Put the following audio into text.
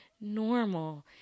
normal